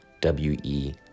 W-E